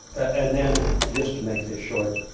and then, just to make this short,